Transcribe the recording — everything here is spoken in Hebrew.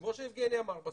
וכמו שיבגני אמר,